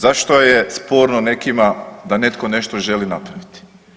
Zašto je sporno nekima da netko nešto želi napraviti?